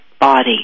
body